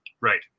right